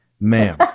ma'am